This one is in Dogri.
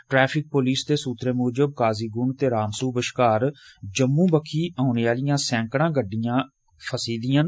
ट्रैफिक पुलस दे सूत्रे मूजब काजीकुंड ते रामसू बश्कार जम्मू बक्खी ओने आलियां सैंकड़ां गडिडयां फसी गेदियां न